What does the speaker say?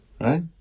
right